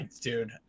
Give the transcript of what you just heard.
Dude